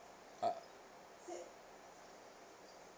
ah